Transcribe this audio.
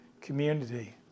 community